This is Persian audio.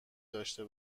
داشته